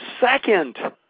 second